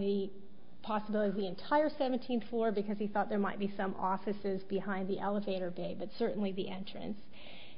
the possible is the entire seventeenth floor because he thought there might be some offices behind the elevator bay but certainly the entrance